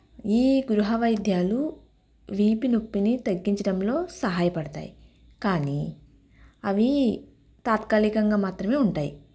ఈ గృహ వైద్యాలు వీపు నొప్పిని తగ్గించడంలో సహాయపడతాయి కానీ అవి తాత్కాలికంగా మాత్రమే ఉంటాయి